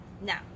Now